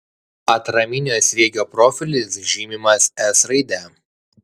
atraminio sriegio profilis žymimas s raide